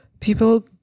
people